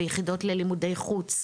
ביחידות ללימודי חוץ,